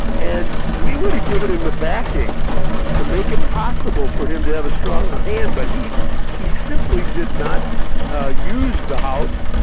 and we would've given him the backing to make it possible for him to have a stronger hand, but he he simply did not use the house,